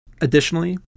Additionally